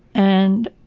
and